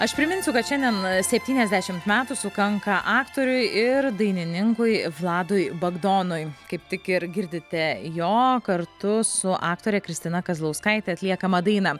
aš priminsiu kad šiandien septyniasdešimt metų sukanka aktoriui ir dainininkui vladui bagdonui kaip tik ir girdite jo kartu su aktore kristina kazlauskaite atliekamą dainą